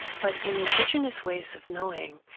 but in indigenous ways of knowing,